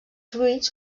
fruits